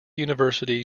university